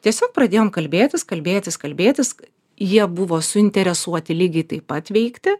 tiesiog pradėjom kalbėtis kalbėtis kalbėtis jie buvo suinteresuoti lygiai taip pat veikti